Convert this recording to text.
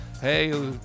Hey